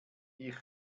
ich